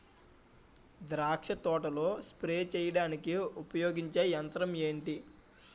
ద్రాక్ష తోటలో స్ప్రే చేయడానికి ఉపయోగించే యంత్రం ఎంటి?